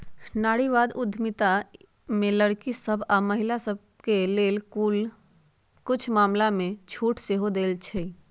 नारीवाद उद्यमिता में लइरकि सभ आऽ महिला सभके लेल कुछ मामलामें छूट सेहो देँइ छै